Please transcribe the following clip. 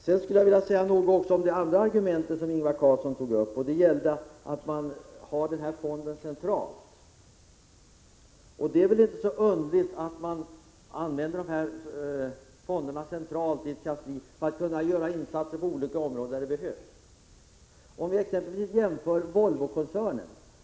Jag vill också säga något om det argument som Ingvar Karlsson i Bengtsfors tog upp och som gällde att fonderna skall skötas centralt. Det är inte så underligt att det finns ett kansli centralt, som kan göra insatser på olika områden där det behövs. Vi kan jämföra med exempelvis Volvokoncernen.